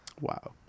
Wow